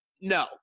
No